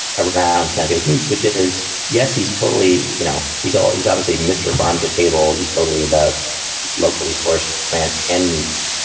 around plant based meats, which is. yes. he's totally you know, he's all he's obviously mr. farm to table. he's totally about locally sourced plants and meats.